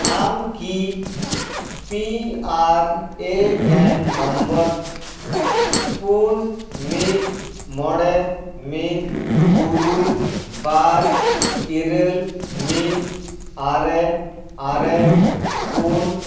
ᱟᱢᱠᱤ P R A N number ᱯᱩᱱ ᱢᱤᱫ ᱢᱚᱬᱮ ᱢᱤᱫ ᱛᱩᱨᱩᱭ ᱵᱟᱨ ᱤᱨᱟᱹᱞ ᱢᱤᱫ ᱟᱨᱮ ᱟᱨᱮ ᱯᱩᱱ